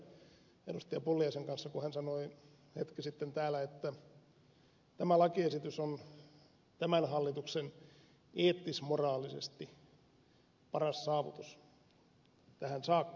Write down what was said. pulliaisen kanssa kun hän sanoi hetki sitten täällä että tämä lakiesitys on tämän hallituksen eettis moraalisesti paras saavutus tähän saakka